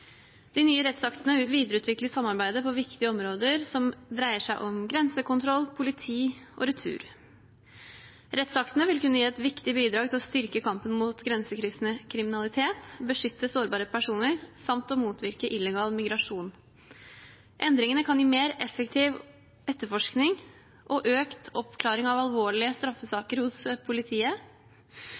De nye rettsaktene vil videreutvikle samarbeidet på viktige områder som dreier seg om grensekontroll, politi og retur. Rettsaktene vil kunne gi et viktig bidrag til å styrke kampen mot grensekryssende kriminalitet, beskytte sårbare personer samt motvirke illegal migrasjon. Endringene kan gi mer effektiv etterforskning og økt oppklaring av alvorlige straffesaker hos politiet